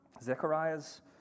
Zechariah's